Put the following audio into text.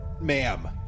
ma'am